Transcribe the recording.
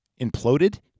imploded